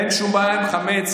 אין שום בעיה עם חמץ.